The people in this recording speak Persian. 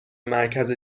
مرکز